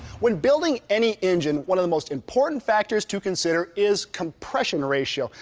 when building any engine one of the most important factors to consider is compression ratio.